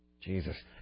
Jesus